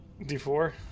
D4